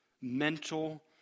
mental